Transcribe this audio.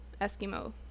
Eskimo